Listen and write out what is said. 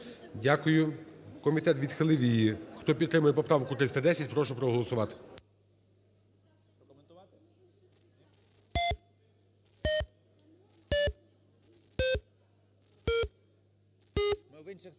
Дякую. Комітет відхилив її. Хто підтримує поправку 310, прошу проголосувати.